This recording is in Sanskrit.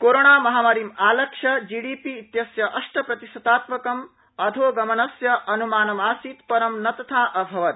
कोरोणामहामारीम् आलक्ष्य जीडीपी इत्यस्य अष्टप्रतिशतात्मकम् अधोगमनस्य अनुमानमासीत् परं न तथा अभवत्